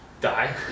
die